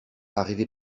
arrivé